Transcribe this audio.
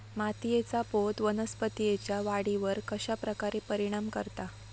मातीएचा पोत वनस्पतींएच्या वाढीवर कश्या प्रकारे परिणाम करता?